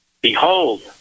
Behold